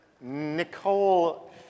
Nicole